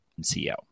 CEO